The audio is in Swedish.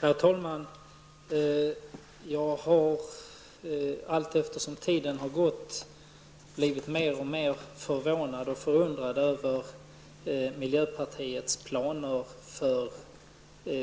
Herr talman! Allteftersom tiden gått har jag blivit alltmer förvånad och förundrad över miljöpartiets planer för